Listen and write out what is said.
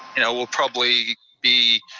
and will probably be